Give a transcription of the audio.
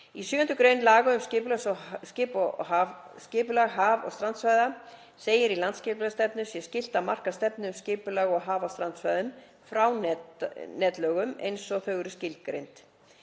Í 7. gr. laga um skipulag haf- og strandsvæða segir að í landsskipulagsstefnu sé skylt að marka stefnu um skipulag á haf- og strandsvæðum frá netlögum, eins og þau eru skilgreind,